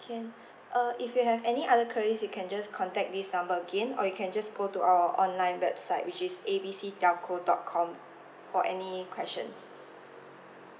can uh if you have any other queries you can just contact this number again or you can just go to our online website which is A B C telco dot com for any questions